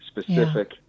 specific